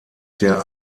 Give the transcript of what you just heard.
der